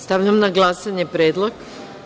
Stavljam na glasanje ovaj predlog.